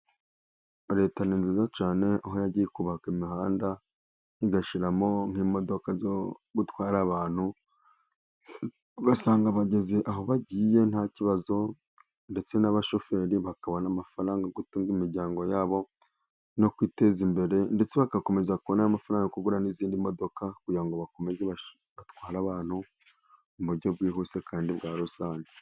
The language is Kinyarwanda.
Leta ni nziza cyane aho yagiye ikubaka imihanda, igashyiramo nk'imodoka zo gutwara abantu. Ugasanga bageze aho bagiye nta kibazo ndetse n'abashoferi bakabona amafaranga yo gutunga imiryango yabo, no kwiteza imbere. Ndetse bagakomeza kubona amafaranga yo kugura n'izindi modoka, kugira ngo bakomeze batware abantu mu buryo bwihuse kandi bwa rusange.